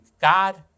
God